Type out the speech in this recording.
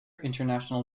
international